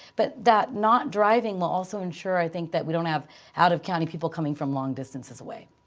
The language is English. but that not driving will also ensure, i think, that we don't have out of county people coming from long distances away.